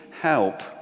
help